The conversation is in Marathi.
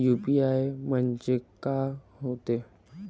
यू.पी.आय म्हणजे का होते?